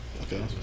Okay